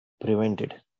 Prevented